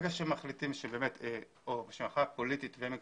ברגע שמחליטים או שיש הכרעה פוליטית וזה מתאפשר,